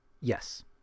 Yes